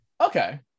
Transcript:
Okay